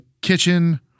kitchen